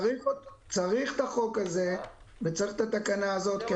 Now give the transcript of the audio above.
צריך את החוק הזה וצריך את התקנה הזאת,